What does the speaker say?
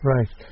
Right